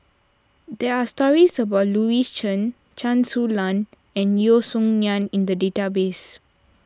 there are stories about Louis Chen Chen Su Lan and Yeo Song Nian in the database